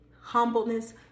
humbleness